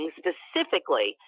specifically